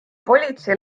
politsei